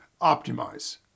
Optimize